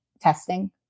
testing